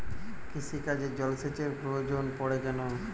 কৃষিকাজে জলসেচের প্রয়োজন পড়ে কেন?